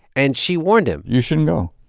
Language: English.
and she warned him. you shouldn't go.